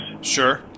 Sure